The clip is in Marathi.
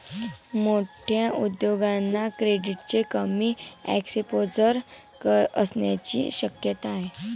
मोठ्या उद्योगांना क्रेडिटचे कमी एक्सपोजर असण्याची शक्यता आहे